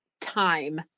time